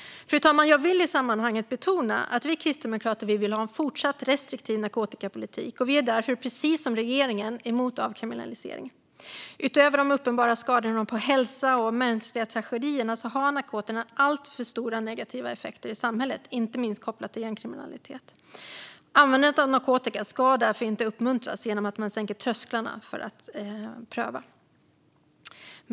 Fru talman! Jag vill i sammanhanget betona att vi kristdemokrater vill ha en fortsatt restriktiv narkotikapolitik. Vi är därför, precis som regeringen, emot avkriminalisering. Utöver de uppenbara skadorna på hälsa och de mänskliga tragedierna har narkotikan alltför stora negativa effekter i samhället inte minst kopplat till gängkriminalitet. Användande av narkotika ska därför inte uppmuntras genom att man sänker trösklarna för att pröva.